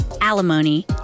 alimony